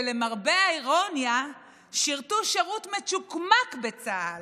שלמרבה האירוניה שירתו שירות מצ'וקמק בצה"ל,